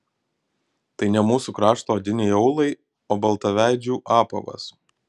tai ne mūsų krašto odiniai aulai o baltaveidžių apavas